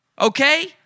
Okay